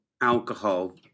alcohol